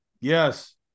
Yes